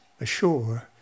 ashore